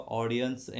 audience